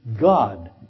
God